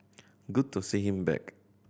good to see him back